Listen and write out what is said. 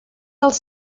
als